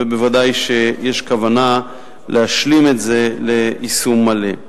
ובוודאי יש כוונה להשלים את זה ליישום מלא.